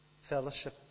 fellowship